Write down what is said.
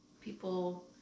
people